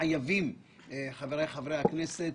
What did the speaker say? חבריי חברי הכנסת,